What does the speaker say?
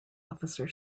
officer